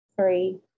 three